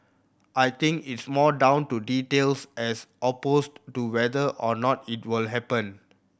I think it's more down to details as opposed to whether or not it will happen